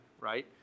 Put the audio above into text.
right